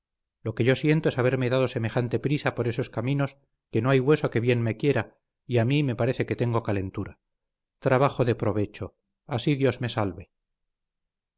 lo que yo siento es haberme dado semejante prisa por esos caminos que no hay hueso que bien me quiera y a mí me parece que tengo calentura trabajo de provecho así dios me salve